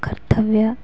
ಕರ್ತವ್ಯ